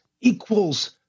equals